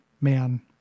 man